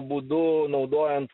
būdu naudojant